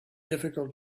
difficult